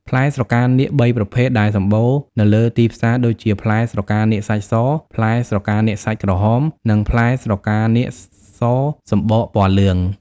ផ្លែស្រកានាគ៣ប្រភេទដែលសម្បូរនៅលេីទីផ្សារ ដូចជា ផ្លែស្រកានាគសាច់ស ផ្លែស្រកានាគសាច់ក្រហម និងផ្លែស្រកានាគសាច់សសំបកពណ៌លឿង ។